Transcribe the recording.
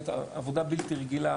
באמת עבודה בלתי רגילה,